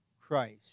Christ